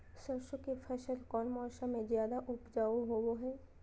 सरसों के फसल कौन मौसम में ज्यादा उपजाऊ होबो हय?